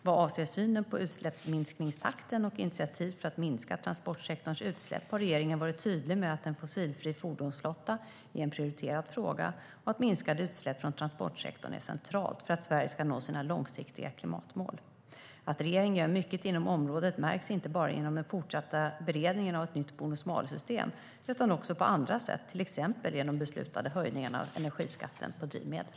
Vad avser synen på utsläppsminskningstakten och initiativ för att minska transportsektorns utsläpp har regeringen varit tydlig med att en fossilfri fordonsflotta är en prioriterad fråga och att minskade utsläpp från transportsektorn är centralt för att Sverige ska nå sina långsiktiga klimatmål. Att regeringen gör mycket inom området märks inte bara genom den fortsatta beredningen av ett nytt bonus-malus-system utan också på andra sätt, till exempel genom de beslutade höjningarna av energiskatten på drivmedel.